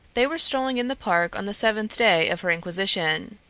they were strolling in the park on the seventh day of her inquisition.